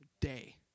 day